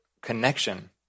connection